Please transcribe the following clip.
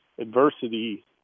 adversity